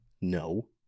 No